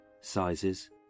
sizes